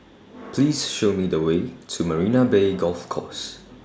Please Show Me The Way to Marina Bay Golf Course